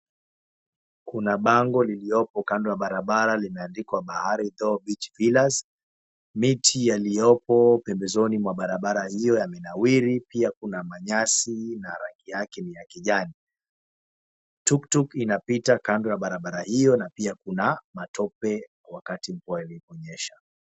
Kuna bango liliopo kando ya barabara imeandikwa Bahari Dhow Beach Villas. Miti yaliyopo pembezoni mwa barabara hiyo yamenawiri pia kuna manyasi na rangi yake ni ya kijani. Tuktuk inapita kando ya barabara hiyo na pia kuna matope wakati mvua limenyesha.